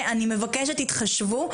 אני מבקשת, תתחשבו.